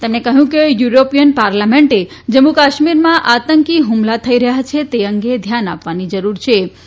તેમણે કહ્યું કે યુરોપીયન પાર્લામેન્ટે જમ્મુકાશ્મીરમાં આતંકી હુમલા થઈ રહ્યા છે તે અંગે ધ્યાન આપવાની જરૂર છેતેઓ પ